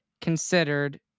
considered